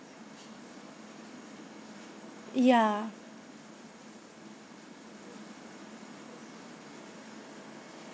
ya